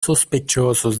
sospechosos